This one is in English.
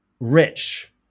rich